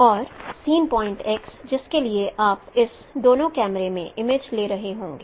और scene point X जिसके लिए आप इस दोनों कैमरों में इमेज ले रहे होंगे